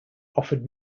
offered